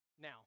now